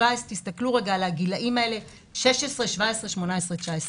תסתכלו רגע על הגילאים 16, 17, 18, 19,